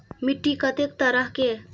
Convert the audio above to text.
मिट्टी कतेक तरह के?